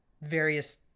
various